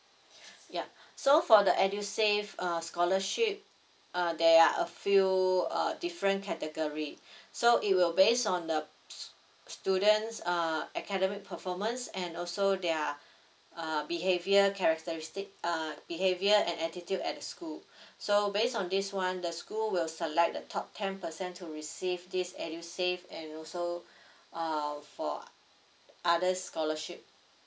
ya so for the edusave uh scholarship uh there are a few uh different category so it will based on the stu~ students uh academic performance and also their uh behaviour characteristic uh behavior and attitude at the school so based on this [one] the school will select the top ten percent to receive this edusave and also uh for other scholarship